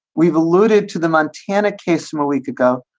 we've alluded to the montana case a week ago,